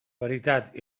veritat